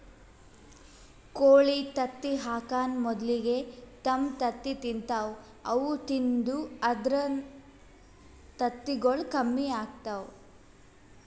ಕೋಳಿ ತತ್ತಿ ಹಾಕಾನ್ ಮೊದಲಿಗೆ ತಮ್ ತತ್ತಿ ತಿಂತಾವ್ ಅವು ತಿಂದು ಅಂದ್ರ ತತ್ತಿಗೊಳ್ ಕಮ್ಮಿ ಆತವ್